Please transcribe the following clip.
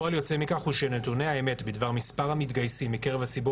פועל יוצא מכך הוא שנתוני האמת על מספר המתגייסים בקרב הציבור